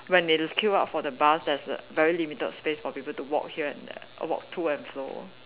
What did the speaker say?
when they queue up for the bus there's a very limited space for people to walk here and there err walk to and fro